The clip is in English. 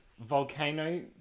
Volcano